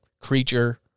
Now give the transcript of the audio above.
creature